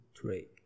three